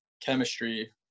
chemistry